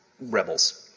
rebels